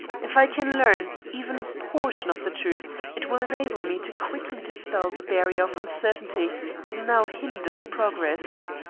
if i can learn even a portion of the truth it will enable me to quickly dispel the barrier of uncertainty that now hinders progress.